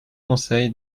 conseil